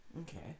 okay